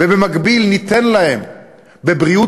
ובמקביל ניתן להם בבריאות,